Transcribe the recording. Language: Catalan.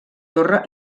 torre